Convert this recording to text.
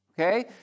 Okay